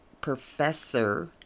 Professor